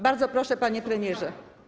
Bardzo proszę, panie premierze.